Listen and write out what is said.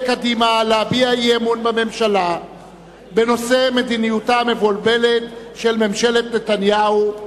אי-אמון בממשלה בנושא: מדיניותה המבולבלת של ממשלת נתניהו.